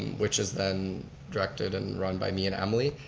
which is then directed and run by me and emily.